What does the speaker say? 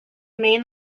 main